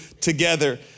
together